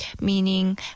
meaning